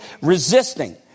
resisting